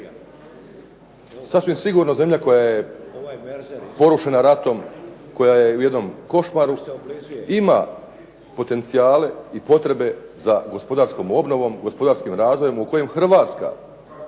Sasvim sigurno zemlja koja porušena ratom koja je u jednom košmaru ima potencijale i potrebe za gospodarskom obnovom, gospodarskim razvojem u kojem Hrvatska